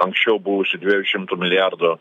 anksčiau buvusių dviejų šimtų milijardų